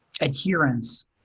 adherence